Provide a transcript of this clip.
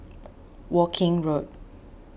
Woking Road